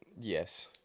Yes